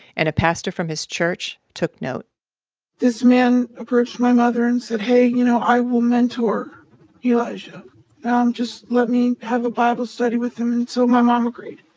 and a pastor from his church took notes this man approached my mother and said, hey, you know, i will mentor elijah. you um just let me have a bible study with him. and so my mom agreed.